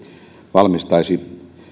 valmistaisi